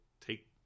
take